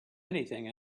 anything